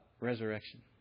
resurrection